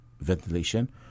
ventilation